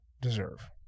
deserve